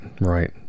right